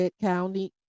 County